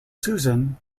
susan